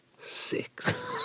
Six